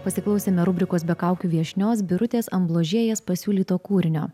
pasiklausėme rubrikos be kaukių viešnios birutės ambložėjos pasiūlyto kūrinio